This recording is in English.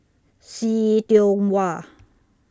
See Tiong Wah